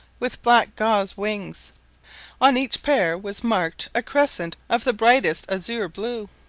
with black gauze wings on each pair was marked a crescent of the brightest azure blue,